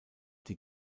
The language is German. die